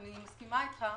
אני מסכימה איתך,